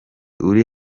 uri